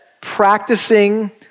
practicing